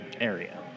area